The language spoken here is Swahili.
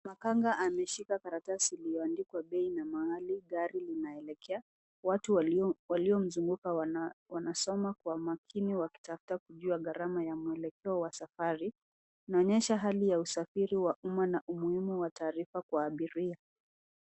Makanga ameshika karatasi iliyoandikwa bei na mahali gari linaelekea watu waliomzunguka wanasoma Kwa makini wakitafuta kujua karama ya mwelekeo ya safari inaonyesha hali ya usafiriwa wa uma na umuhimu wa tarifa Kwa abiria